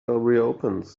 reopens